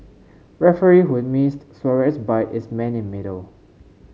referee who missed Suarez bite is man in middle